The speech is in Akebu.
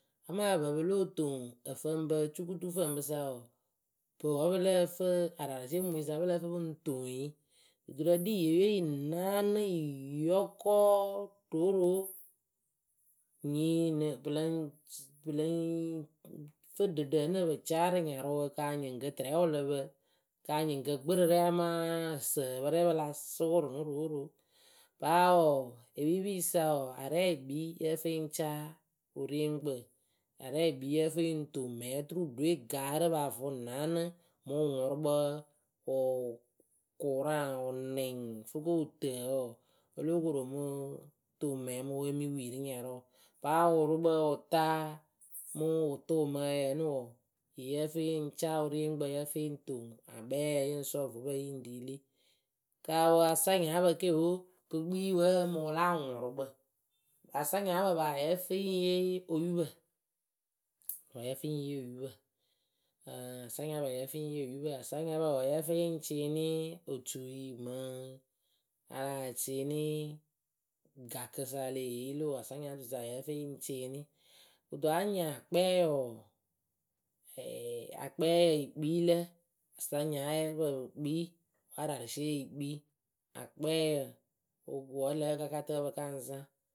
amaa ǝpǝ pɨ lóo toŋ ǝfǝŋbǝ, cukutufǝŋbɨsa wɔɔ, pɨ wǝ́ pɨ lǝ́ǝ fɨ ararɨsiemumuŋyɨsa wǝ́ pɨ lǝ́ǝ fɨ pɨ ŋ toŋ yɩ, duturǝ ɖii ŋyɨ eyɨwe yɨ naanɨ yɨɨ yɔkɔɔ rooroo. Nyii nɨ, pɨ lɨŋ. pɨ lɨŋ fɨ ɖɨ ɖǝǝnɨ pɨ caa rɨ nyarɨwǝ ka anyɩŋ ŋkǝ tɨrɛ wɨ lǝ pǝ. Ka anyɩŋ ŋkǝ gbɨrɨrɛ amaa ǝsǝǝpɨrɛ pɨ la sʊʊrʊ nɨ rooroo! Paa wɔɔ, epiipiyɨsa wɔɔ, arɛɛ yɨ kpii yǝ́ǝ fɨ yɨ ŋ caa, wɨrieŋkpǝ. Arɛɛ yɨ kpii yǝ́ǝ fɨ yɨ ŋ toŋ mɛɛŋ oturu ɖɨwe gaarɨ paa vʊʊ naanɨ mʊŋ wʊŋʊrʊkpǝ wʊʊ kʊraŋ, wʊnɛŋ fɨ ko wɨtǝ wɔɔ, o lóo koru o muu toŋ mɛɛŋ mɨ wɨ e mɨ wi rɨ nyarʊʊ. Paa wʊrʊkpǝ wʊtaa mɨ wʊtʊʊ mɨ ǝyqqnɨ wɔɔ, yɨ yǝ́ǝ fɨ yɨ ŋ caa wɨrieŋkpǝ, yǝ́ǝ fɨ yɨ ŋ toŋ akpɛɛyǝ yɨ ŋ sɔɔ wvepǝ yɨ ŋ riili. Kaawǝ asanyaapǝ ke oo pǝɨ kpii wǝǝ mɨ wɨla wʊŋʊrʊkpǝ. Asanyaapǝ paa wǝ́ yǝ́ǝ fɨ yɨ ŋ yee oyupǝ. Wǝ́ yǝ́ǝ fɨ yɨ ŋ yee oyupǝ. Ɨŋŋ asanyaapǝ wǝ́ yǝ́ǝ fɨ yɨ ŋ cɩɩnɩɩ otui mɨŋ a la cɩɩnɩɩ, gakɨsa e le yee yɩlɩʊ asanyaatuisa wǝ́ yǝ́ǝ fɨ yɨ ŋ cɩɩnɩ. Kɨto anyɩŋ akpɛɛyǝ wɔɔ, ɛɛ akpɛɛyǝ yɨ kpii lǝ, sanyaayǝpǝ pɨ kpii wǝ́ ararɨsie yɨ kpii. Akpɛɛyǝ ŋ wʊ ko wǝ́ lǎ akakatǝpǝ pɨ ka ŋ zaŋ.